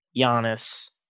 Giannis